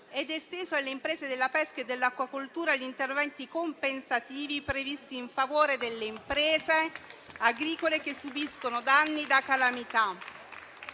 ed esteso alle imprese della pesca e dell'acquacoltura gli interventi compensativi previsti in favore delle imprese agricole che subiscono danni da calamità.